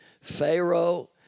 Pharaoh